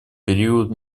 период